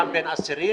גם בין אסירים,